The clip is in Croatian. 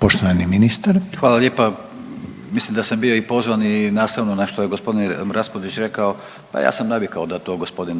Gordan (HDZ)** Hvala lijepa. Mislim da sam bio i pozvan i nastavno na što je g. Raspudić rekao, pa ja sam navikao na to da g.